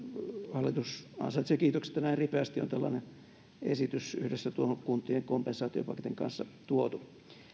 hallitus ansaitsee kiitokset että näin ripeästi on tällainen esitys yhdessä tuon kuntien kompensaatiopaketin kanssa tuotu